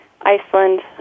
Iceland